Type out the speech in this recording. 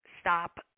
stop